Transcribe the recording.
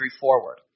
forward